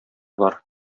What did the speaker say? бар